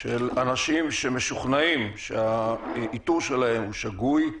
של אנשים שמשוכנעים שהאיתור שלהם שגוי.